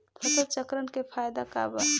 फसल चक्रण के फायदा का बा?